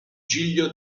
giglio